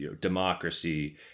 democracy